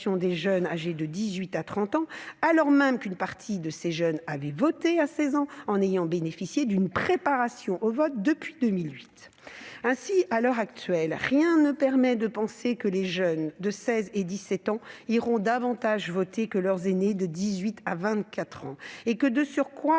des jeunes âgés de 18 à 30 ans, alors même qu'une partie de ces jeunes avait voté à 16 ans en ayant bénéficié d'une préparation au vote depuis 2008. Ainsi, à l'heure actuelle, rien ne permet de penser que les jeunes de 16 et 17 ans iront davantage voter que leurs aînés de 18 à 24 ans et que, de surcroît,